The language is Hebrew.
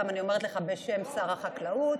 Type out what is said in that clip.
אני אומרת לך בשם שר החקלאות,